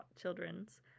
Children's